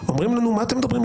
אומרים לנו מה אתם מדברים?